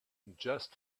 just